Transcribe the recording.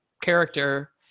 character